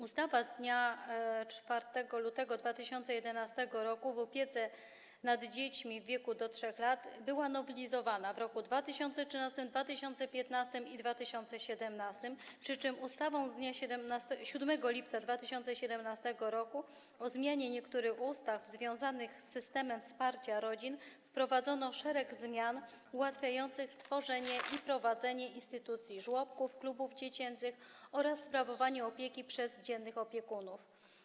Ustawa z dnia 4 lutego 2011 r. o opiece nad dziećmi w wieku do 3 lat była nowelizowana w 2013 r., 2015 r. i 2017 r., przy czym ustawą z dnia 7 lipca 2017 r. o zmianie niektórych ustaw związanych z systemem wsparcia rodzin wprowadzono szereg zmian ułatwiających tworzenie i prowadzenie instytucji żłobków, klubów dziecięcych oraz sprawowanie opieki przez dziennych opiekunów.